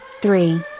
three